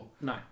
no